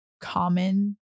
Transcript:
common